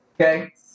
Okay